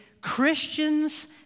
Christians